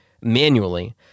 manually